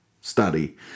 study